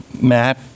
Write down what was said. Matt